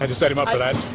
and set him up for that.